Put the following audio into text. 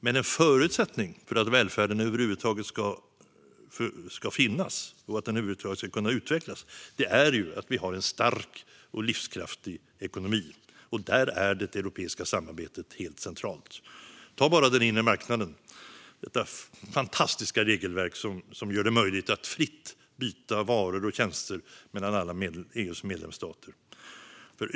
Men en förutsättning för att välfärden över huvud taget ska finnas och kunna utvecklas är att vi har en stark och livskraftig ekonomi. Där är det europeiska samarbetet helt centralt. Ta bara den inre marknaden, detta fantastiska regelverk som gör det möjligt att fritt byta varor och tjänster mellan alla EU:s medlemsstater!